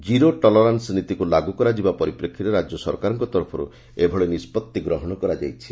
zero tolerance ନୀତିକୁ ଲାଗୁ କରାଯିବା ପରିପ୍ରେଷୀରେ ରାଜ୍ୟସରକାରଙ୍କ ତରଫରୁ ଏଭଳି ନିଷ୍ବତ୍ତି ଗ୍ରହଣ କରାଯାଇଛି